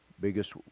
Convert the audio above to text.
Biggest